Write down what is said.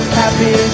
happy